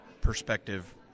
perspective